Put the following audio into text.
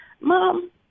Mom